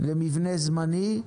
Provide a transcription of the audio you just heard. למבנה זמני.